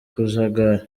kajagari